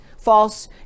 false